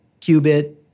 qubit